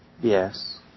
Yes